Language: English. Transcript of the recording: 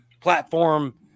platform